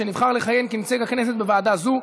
שנבחר לכהן כנציג הכנסת בוועדה זו,